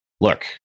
look